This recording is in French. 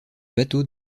bateaux